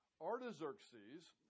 Artaxerxes